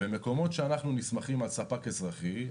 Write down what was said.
במקומות שאנחנו נסמכים על ספק אזרחי,